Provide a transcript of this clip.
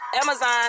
Amazon